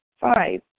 Five